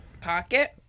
Pocket